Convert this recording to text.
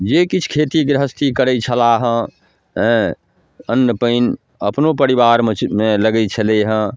जे किछु खेती गिरहस्थी करै छलाह हँ हेँ अन्न पानि अपनो परिवारमे लगै छलै हँ